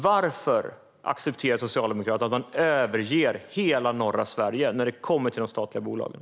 Varför accepterar Socialdemokraterna att man överger hela norra Sverige när det gäller de statliga bolagen?